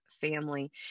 family